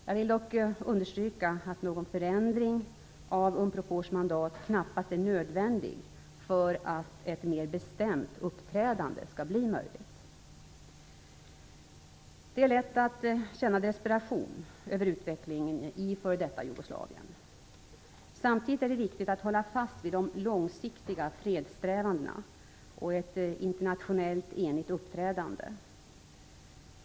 Jag vill dock understryka att någon förändring av Unprofors mandat knappast är nödvändig för att ett mera bestämt uppträdande skall bli möjligt. Det är lätt att känna desperation över utvecklingen i f.d. Jugoslavien. Samtidigt är det viktigt att hålla fast vid de långsiktiga fredssträvandena och ett internationellt enigt uppträdande.